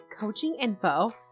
coachinginfo